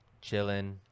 chilling